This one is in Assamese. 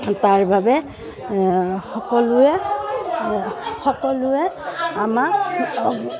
তাৰ বাবে সকলোৱে সকলোৱে আমাক অ